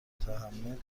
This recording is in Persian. متحمل